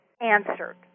answered